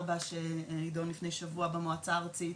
שנידון לפני שבוע במועצה הארצית